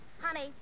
Honey